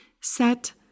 set